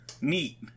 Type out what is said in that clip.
Neat